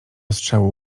strzału